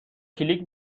کلیک